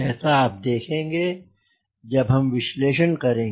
ऐसा आप देखेंगे जब हम विश्लेषण करेंगे